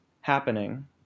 happening